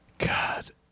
God